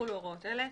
יחולו הוראות אלה: